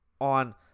on